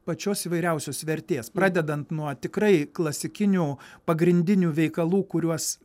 pačios įvairiausios vertės pradedant nuo tikrai klasikinių pagrindinių veikalų kuriuos